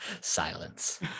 Silence